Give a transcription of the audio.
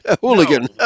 Hooligan